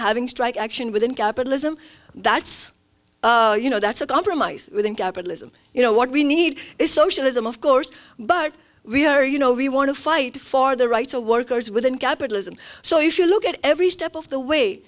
having strike action within capitalism that's you know that's a compromise within capitalism you know what we need is socialism of course but we are you know we want to fight for the rights of workers within capitalism so if you look at every step of the way